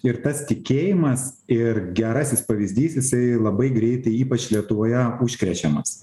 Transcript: ir tas tikėjimas ir gerasis pavyzdys jisai labai greitai ypač lietuvoje užkrečiamas